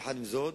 עם זאת,